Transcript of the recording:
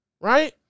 Right